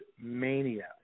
Mania